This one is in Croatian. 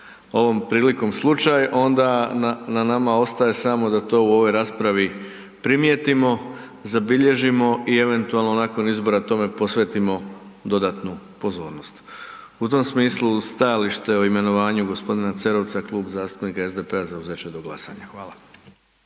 ovom prilikom slučaj, onda na nama ostaje samo da to u ovoj raspravi primijetimo, zabilježimo i eventualno nakon izbora, tome posvetimo dodatnu pozornost. U tom smislu stajalište o imenovanju g. Cerovca Klub zastupnika SDP-a zauzet će do glasanja. Hvala.